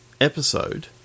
episode